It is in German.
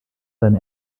sein